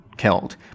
killed